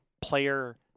player